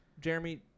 Jeremy